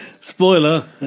spoiler